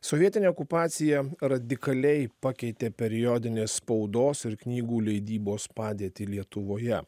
sovietinė okupacija radikaliai pakeitė periodinės spaudos ir knygų leidybos padėtį lietuvoje